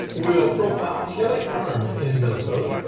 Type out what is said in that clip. we'll profile kelly farms in minnesota.